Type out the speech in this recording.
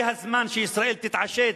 זה הזמן שישראל תתעשת,